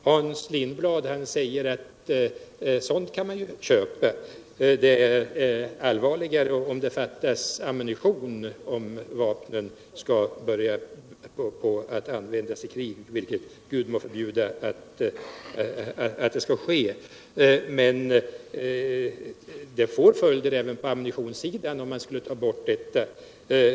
Hans Lindblad säger att sådant kan man ju köpa, men att det är allvarligare om det saknas ammunition för den händelse vapnen skulle behöva användas i krig, vilket Gud må förbjuda. Men dat får följder även på ammunitionssidan om man skulle ta bort detta vapen.